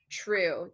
true